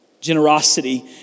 Generosity